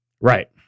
Right